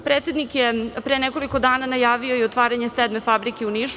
Predsednik je pre nekoliko dana najavio i otvaranje sedme fabrike u Nišu.